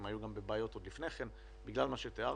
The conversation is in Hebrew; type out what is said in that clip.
הם היו גם בבעיות עוד לפני כן בגלל מה שתיארתי.